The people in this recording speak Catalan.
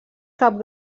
cap